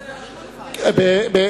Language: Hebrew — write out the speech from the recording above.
ואני מקווה, בהחלט.